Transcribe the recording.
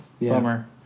Bummer